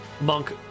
Monk